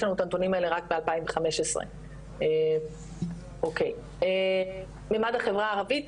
יש לנו את הנתונים האלה רק ב- 2015. מימד החברה הערבית,